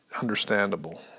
understandable